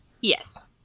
Yes